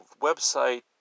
website